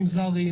עובדים זרים,